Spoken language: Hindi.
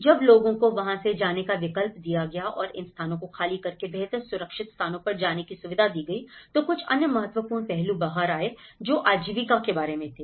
जब लोगों को वहां से जाने का विकल्प दिया गया और इन स्थानों को खाली करके बेहतर सुरक्षित स्थानों पर जाने की सुविधा दी गई तो कुछ अन्य महत्वपूर्ण पहलू बाहर आए जो आजीविका के बारे में थे